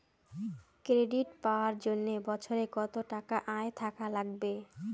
Credit পাবার জন্যে বছরে কত টাকা আয় থাকা লাগবে?